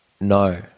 No